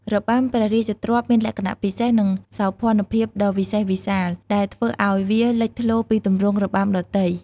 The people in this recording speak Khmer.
របាំព្រះរាជទ្រព្យមានលក្ខណៈពិសេស និងសោភ័ណភាពដ៏វិសេសវិសាល ដែលធ្វើឱ្យវាលេចធ្លោពីទម្រង់របាំដទៃ។